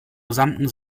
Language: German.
gesamten